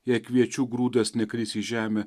jei kviečių grūdas nekris į žemę